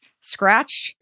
scratch